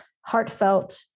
heartfelt